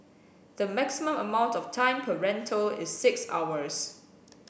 the maximum amount of time per rental is six hours